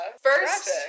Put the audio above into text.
First